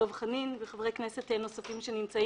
דב חנין וחברי כנסת נוספים שנמצאים.